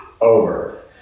over